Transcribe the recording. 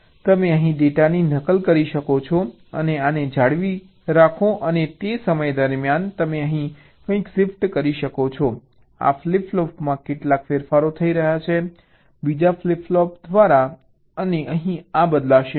તેથી તમે અહીં ડેટાની નકલ કરી શકો છો અને આને જાળવી રાખો અને તે સમય દરમિયાન તમે અહીં કંઈક શિફ્ટ કરી શકો છો આ ફ્લિપ ફ્લોપમાં કેટલાક ફેરફારો થઈ રહ્યા છે બીજા ફ્લિપ ફ્લોપ દ્વારા અને અહીં આ બદલાશે નહીં